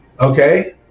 okay